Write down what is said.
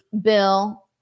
bill